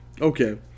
okay